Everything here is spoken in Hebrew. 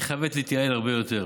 היא חייבת להתייעל הרבה יותר.